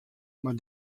mar